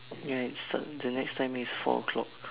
ya it starts the next timing is four o'clock